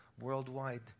worldwide